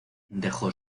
dejó